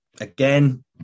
Again